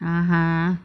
(uh huh)